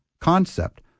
concept